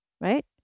right